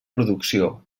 producció